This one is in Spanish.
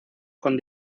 con